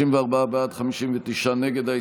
54 בעד, 59 נגד.